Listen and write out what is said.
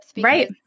Right